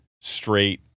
straight